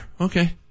Okay